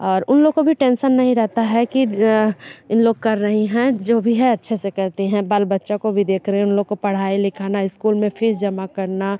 और उन लोग को भी टेंसन नहीं रहता है कि इन लोग कर रही हैं जो भी है अच्छे से करती हैं बाल बच्चों को भी देख रहीं उन लोग को पढ़ाई लिखाना इस्कूल में फीस जमा करना